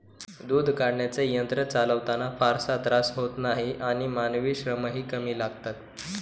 दूध काढण्याचे यंत्र चालवताना फारसा त्रास होत नाही आणि मानवी श्रमही कमी लागतात